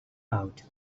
out